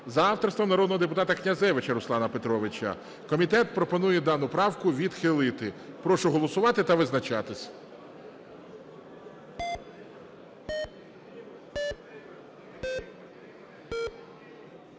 за авторством народного депутата Князевича Руслана Петровича, комітет пропонує дану правку відхилити. Прошу голосувати та визначатися.